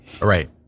Right